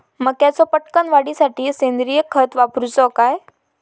मक्याचो पटकन वाढीसाठी सेंद्रिय खत वापरूचो काय?